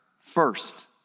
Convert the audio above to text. first